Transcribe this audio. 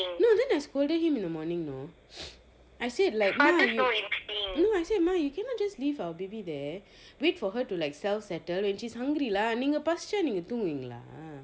no then I scolded him in the morning know I said like ma no I said ma you cannot just leave our baby there wait for her to like self settle when she's hungry lah நீங்க பசிச்சா நீங்க தூங்குவீங்களா:neenga pasicha neenga thoonguveengala